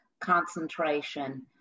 concentration